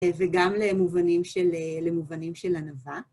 וגם למובנים של ענווה.